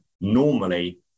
normally